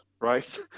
right